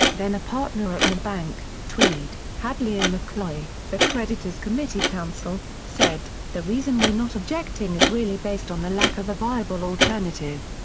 then a partner at milbank, tweed, hadley and mccloy, the creditors committee counsel, said the reason we're not objecting is really based on the lack of a viable alternative.